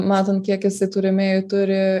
matant kiek jis tų rėmėjų turi